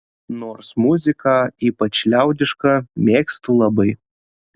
nors muziką ypač liaudišką mėgstu labai